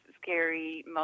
scary